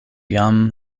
jam